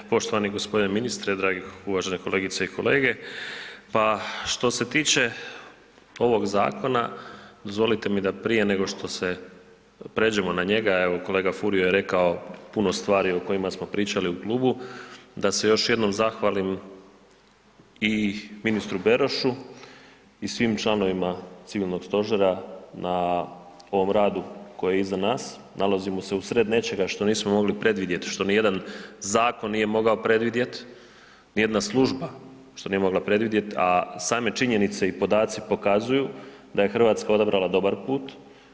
Poštovani gospodine ministre, dragi, uvaženi kolegice i kolege pa što se tiče ovog zakona dozvolite mi da prije nego što pređemo na njega, evo kolega Furio je rekao puno stvari o kojima smo pričali u klubu, da se još jednom zahvalim i ministru Berošu i svim članovima Civilnog stožera na ovom radu koji je iza nas, nalazimo se u sred nečega što nismo mogli predvidjeti, što ni jedan zakon nije mogao predvidjeti, ni jedna služba što nije mogla predvidjeti, a same činjenice i podaci pokazuju da je Hrvatska odabrala dobar put.